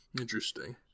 Interesting